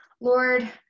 Lord